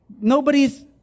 nobody's